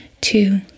two